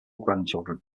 grandchildren